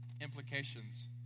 implications